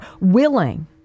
willing